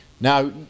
Now